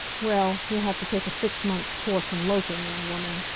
well, you'll have to take a six months' course in loafing, young woman.